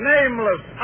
Nameless